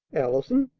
allison!